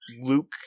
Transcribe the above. Luke